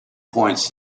points